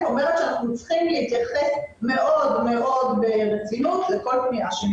אותם לא צריכים לבוא ולתגבר ולתת להם כח אדם בגלל שהטלפונים שלהם